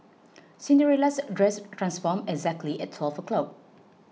Cinderella's dress transformed exactly at twelve o' clock